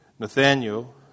Nathaniel